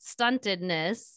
stuntedness